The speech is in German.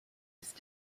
ist